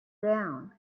down